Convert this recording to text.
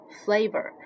flavor